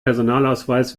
personalausweis